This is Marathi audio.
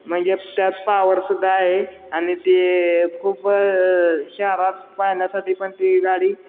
म्हणजे त्यात पावरसुद्धा आहे आणि ते खूप शहरात पाहण्यासाठी पण ती गाडी